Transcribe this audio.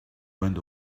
went